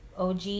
og